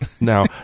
Now